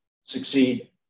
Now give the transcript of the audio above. succeed